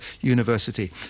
University